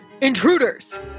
Intruders